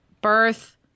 birth